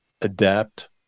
adapt